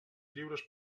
lliures